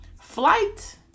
Flight